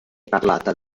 parlata